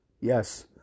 yes